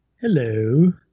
Hello